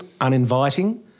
uninviting